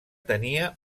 tenia